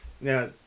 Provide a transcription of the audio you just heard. Now